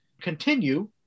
continue